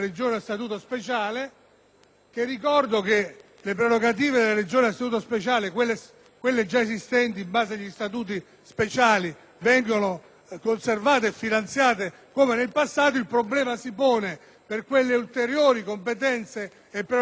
delle prerogative di tali Regioni. Ricordo, infatti, che quelle già esistenti in base agli Statuti speciali vengono conservate e finanziate come nel passato; il problema si pone per quelle ulteriori competenze e prerogative che la novella del